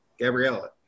Gabriella